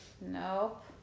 Nope